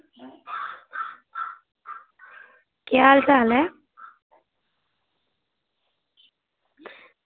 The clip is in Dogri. केह् हाल चाल ऐ